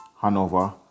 Hanover